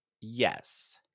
Yes